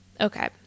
Okay